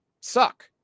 suck